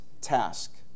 task